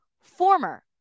former